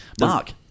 Mark